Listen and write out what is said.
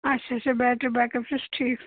اچھا اچھا battery backup چھُس ٹھیٖک